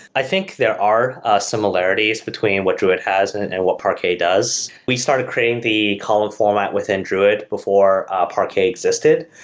i think there are ah similarities between what druid has and and what parquet does. we started creating the column format within druid before parquet existed.